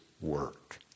work